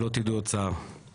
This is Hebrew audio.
שלא תדעו עוד צער.